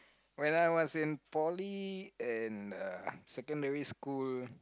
when I was in poly in a secondary school